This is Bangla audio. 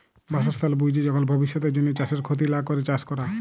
বাসস্থাল বুইঝে যখল ভবিষ্যতের জ্যনহে চাষের খ্যতি লা ক্যরে চাষ ক্যরা